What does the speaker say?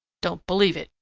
don't believe it,